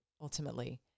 ultimately